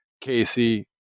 Casey